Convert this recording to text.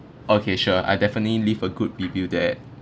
okay sure I'll definitely leave a good review there